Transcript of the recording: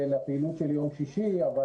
לפעילות של יום שישי, אבל